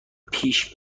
پیش